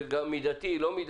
מידתי או לא,